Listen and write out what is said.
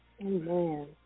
amen